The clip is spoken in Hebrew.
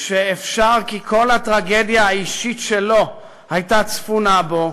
שאפשר כי כל הטרגדיה האישית שלו הייתה צפונה בו,